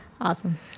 awesome